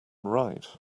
write